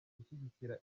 gushyigikira